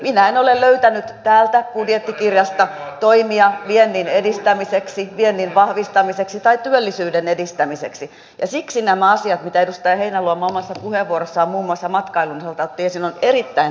minä en ole löytänyt täältä budjettikirjasta toimia viennin edistämiseksi viennin vahvistamiseksi tai työllisyyden edistämiseksi ja siksi nämä asiat mitä edustaja heinäluoma omassa puheenvuorossaan muun muassa matkailun osalta otti esiin ovat erittäin tärkeitä